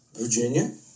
Virginia